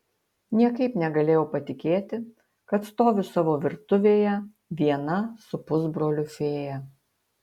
niekaip negalėjau patikėti kad stoviu savo virtuvėje viena su pusbroliu fėja